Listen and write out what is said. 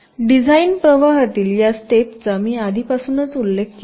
design प्रवाहातील या स्टेपचा मी आधीपासूनच उल्लेख केला आहे